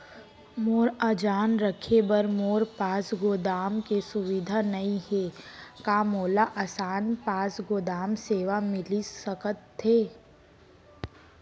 मोर अनाज रखे बर मोर पास गोदाम के सुविधा नई हे का मोला आसान पास गोदाम सेवा मिलिस सकथे?